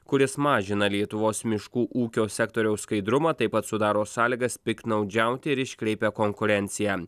kuris mažina lietuvos miškų ūkio sektoriaus skaidrumą taip pat sudaro sąlygas piktnaudžiauti ir iškreipia konkurenciją